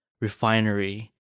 refinery